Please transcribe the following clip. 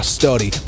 study